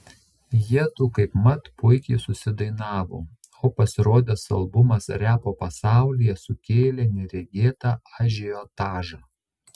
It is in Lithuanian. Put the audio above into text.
jiedu kaipmat puikiai susidainavo o pasirodęs albumas repo pasaulyje sukėlė neregėtą ažiotažą